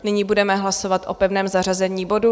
Nyní budeme hlasovat o pevném zařazení bodu.